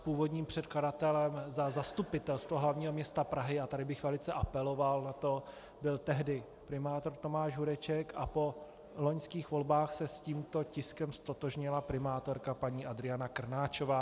Původním předkladatelem za Zastupitelstvo hlavního města Prahy, a tady bych velice apeloval, byl tehdy primátor Tomáš Hudeček a po loňských volbách se s tímto tiskem ztotožnila primátorka paní Adriana Krnáčová.